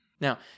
Now